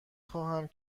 خواهم